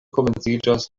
komenciĝas